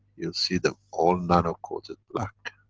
you'll see them all nano-coated black.